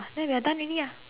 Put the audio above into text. then we are done already ah